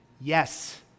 yes